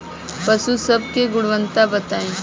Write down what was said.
पशु सब के गुणवत्ता बताई?